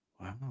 Wow